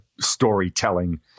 storytelling